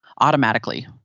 automatically